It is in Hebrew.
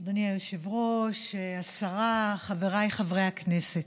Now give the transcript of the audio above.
היושב-ראש, השרה, חבריי חברי הכנסת,